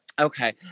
Okay